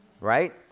right